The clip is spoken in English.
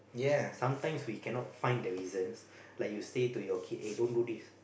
sometimes we cannot find the reasons like you say to your kid eh don't do this